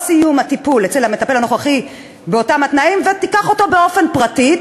או סיום הטיפול אצל המטפל הנוכחי באותם התנאים ותיקח אותו באופן פרטי,